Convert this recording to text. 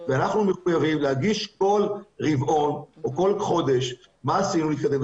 ואנחנו מחויבים להגיד כל רבעון או כל חודש מה עשינו כדי להתקדם,